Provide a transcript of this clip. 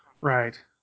Right